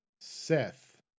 Seth